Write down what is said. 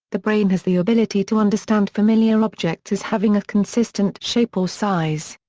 the brain has the ability to understand familiar objects as having a consistent shape or size.